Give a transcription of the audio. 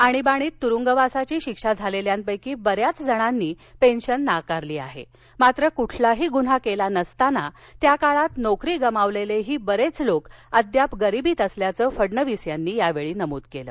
आणीबाणीत तुरुंगवासाची शिक्षा झालेल्यांपैकी बऱ्याच जणांनी पेन्शन नाकारली आहे मात्र कुठलाही गुन्हा केला नसताना त्याकाळात नोकरी गमावलेलेही बरेच लोक अद्याप गरिबीत असल्याचं फडणवीस यांनी यावेळी नमूद केलं